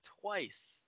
twice